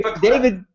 David